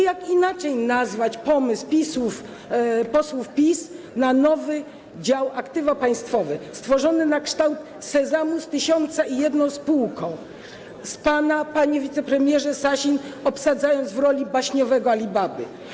Jak inaczej nazwać pomysł posłów PiS na nowy dział - aktywa państwowe - stworzony na kształt Sezamu z tysiącem i jedną spółką, z panem, panie wicepremierze Sasin, obsadzonym w roli baśniowego Alibaby?